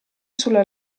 sulla